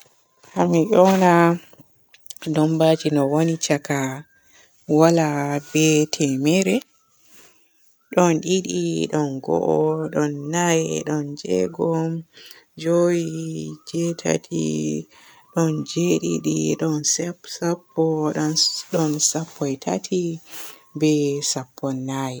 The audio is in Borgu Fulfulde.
Haa mi yoona lambaji no wooni caaka waala be temerre. ɗon didi, ɗon go'o, ɗon nayi, ɗon jeego, joowi, jetati, ɗon jedid, ɗon sep-sappo, ɗon sap-sappo e tati, be sappon nayi.